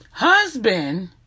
Husband